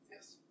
Yes